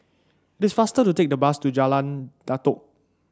this faster to take the bus to Jalan Datoh